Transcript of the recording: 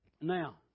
Now